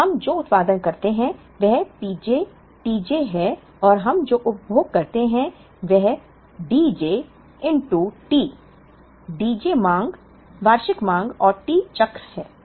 तो हम जो उत्पादन करते हैं वह Pj tj है और हम जो उपभोग करते हैं वह Dj T Dj मांग वार्षिक मांग और T चक्र है